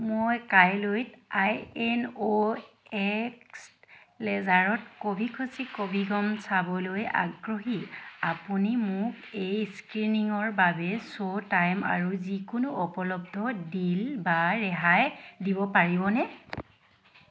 মই কাইলৈত I N O X লেজাৰত কভি খুছি কভি গম চাবলৈ আগ্ৰহী আপুনি মোক এই স্ক্ৰীনিঙৰ বাবে শ্ব'টাইম আৰু যিকোনো উপলব্ধ ডিল বা ৰেহাই দিব পাৰিবনে